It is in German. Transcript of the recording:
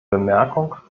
bemerkung